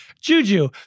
Juju